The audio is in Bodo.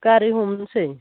गारि हमनोसै